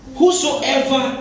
Whosoever